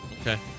okay